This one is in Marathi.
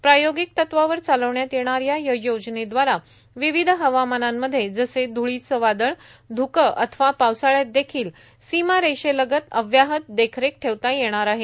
प्रायोगिक तत्वावर चालविण्यात येणाऱ्या या योजनेद्वारा विविध हवामानांमध्ये जसे धुळीचे वादळ धुके अथवा पावसाळ्यात देखील सीमारेषेलगत अव्याहत देखरेख ठेवता येणार आहे